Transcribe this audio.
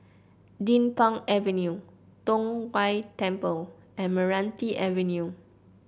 Din Pang Avenue Tong Whye Temple and Meranti Avenue